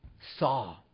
saw